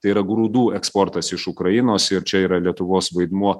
tai yra grūdų eksportas iš ukrainos ir čia yra lietuvos vaidmuo